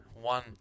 one